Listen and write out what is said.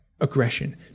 Aggression